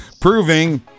proving